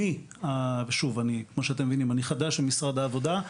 כמו שאתם מבינים, אני חדש במשרד העבודה.